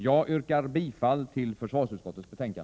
Jag yrkar bifall till försvarsutskottets hemställan.